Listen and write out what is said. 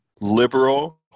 liberal